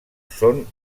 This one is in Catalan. són